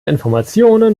informationen